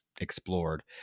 explored